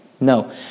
no